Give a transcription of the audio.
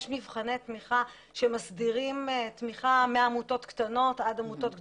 יש מבחני תמיכה שמסדירים תמיכה מעמותות קטנות ועד עמותות גדולות.